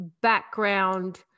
background